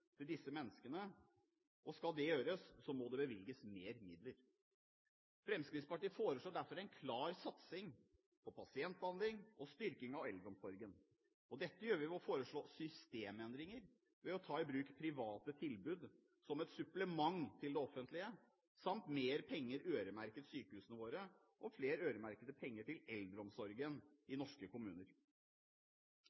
disse menneskene, så må det bevilges mer midler. Fremskrittspartiet foreslår derfor en klar satsing på pasientbehandling og styrking av eldreomsorgen. Dette gjør vi ved å foreslå systemendringer ved å ta i bruk private tilbud som et supplement til det offentlige, samt mer penger øremerket sykehusene våre og flere øremerkede penger til eldreomsorgen i